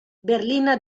berlina